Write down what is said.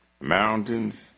Mountains